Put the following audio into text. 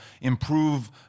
improve